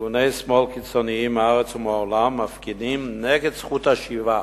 ארגוני שמאל קיצוניים מהארץ ומהעולם מפגינים נגד זכות השיבה.